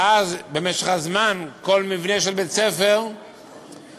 ואז, במשך הזמן, בכל מבנה של בית-ספר יצטרכו